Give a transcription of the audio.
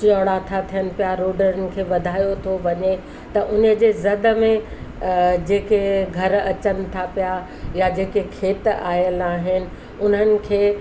चौड़ा था थियनि पिया रोडनि खे वधायो थो वञे त उनजे जद में जेके घर अचनि था पिया या जेके खेत आयल आहिनि उन्हनि खे